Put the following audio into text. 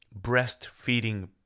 breastfeeding